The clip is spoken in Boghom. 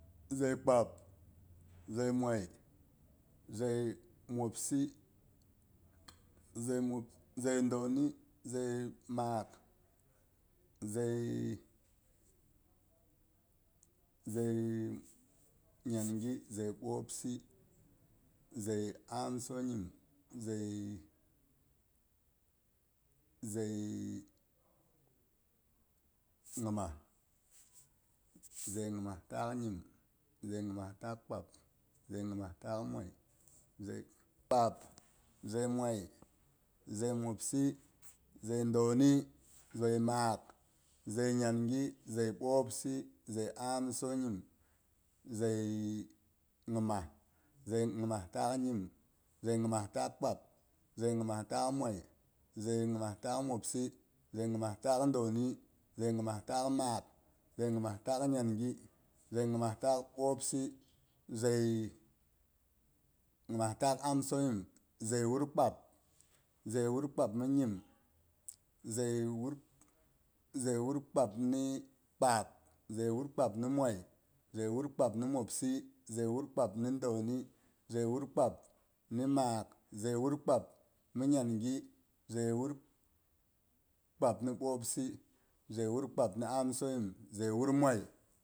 Zai kpab, zai mwai, zai mwopsi, zai dauni, zai maak, zai zai nyangi, zai bwopsi, zai amsonyim, zai- zai nyimah, zai nyima takh nyim, zai nyimas takh kpab, zai nyimas takh nyim, zai nyimas takh kpab, zai nyimas takh mwai, zai kpab, zai mwai, zai mwopsi, zai dani, zai maak, zai nyangi, zai ɓwopsi, zai amsonyim, zai nyimas, zai nyimah takh nyim, zai nyimah takh kpab, zai nyimah takh mwai, zai nyimah takh mwopsi, zai nyimah takh dauni, zai nyimah takh maak, zai nyimah takh nyangi, zai nyimah takh ɓwopsi, zai nyimah takh amsonyim, zai wur kpab, zai wur kpab ni nyim, zai wur kpab ni kpab, zai wur kpab ni mwai, zai wur kpab ni mwai, zai wur kpab ni mwopsi, zai wur kpab ni dauni, zai wur kpab ni maak, zai wur kpab ni nyangi, zai wur kpab ni ɓwopsi, zai wur kpab ni amsonyim, zai wur mwai.